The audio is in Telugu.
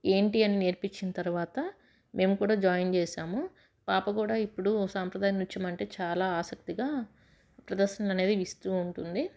ఏంటి అని నేర్పించిన తర్వాత మేము కూడా జాయిన్ చేసాము పాప కూడా ఇప్పుడు సాంప్రదాయ నృత్యం అంటే చాలా ఆసక్తిగా ప్రదర్శన అనేది ఇస్తూ ఉంటుంది